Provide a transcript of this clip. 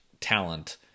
talent